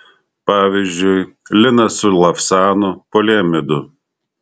pavyzdžiui linas su lavsanu poliamidu